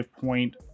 point